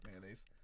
mayonnaise